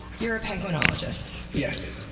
you're a penguinologist. yes.